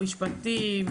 משפטים,